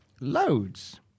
loads